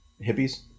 hippies